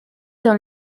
dans